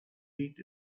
heat